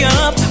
up